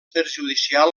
perjudicial